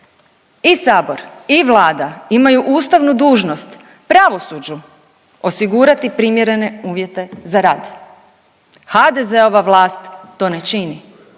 I sabor i vlada imaju ustavnu dužnost pravosuđu osigurati primjerene uvjete za rad. HDZ-ova vlast to ne čini